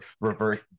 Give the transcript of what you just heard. reverse